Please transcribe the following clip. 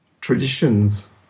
traditions